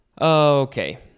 Okay